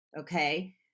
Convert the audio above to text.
Okay